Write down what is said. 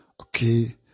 Okay